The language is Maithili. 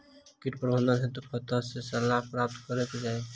कीट प्रबंधन हेतु कतह सऽ सलाह प्राप्त कैल जाय?